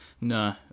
No